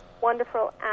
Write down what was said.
wonderful